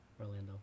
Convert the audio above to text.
Orlando